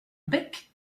bec